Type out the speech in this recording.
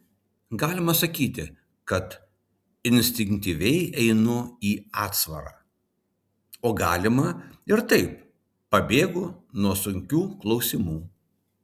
galima sakyti kad instinktyviai einu į atsvarą o galima ir taip pabėgu nuo sunkių klausimų